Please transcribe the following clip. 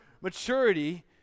maturity